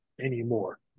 anymore